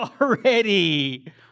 already